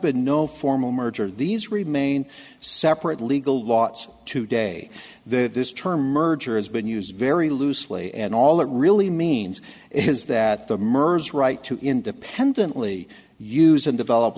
been no formal merger these remain separate legal lot today that this term merger has been used very loosely and all it really means is that the mers right to independently use and develop